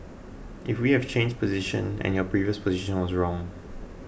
if we have changed position and your previous position was wrong